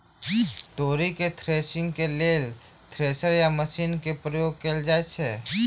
तोरी केँ थ्रेसरिंग केँ लेल केँ थ्रेसर या मशीन केँ प्रयोग कैल जाएँ छैय?